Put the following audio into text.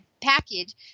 package